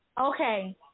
Okay